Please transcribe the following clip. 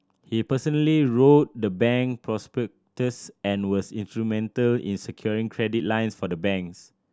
he personally wrote the bank prospectus and was instrumental in securing credit lines for the banks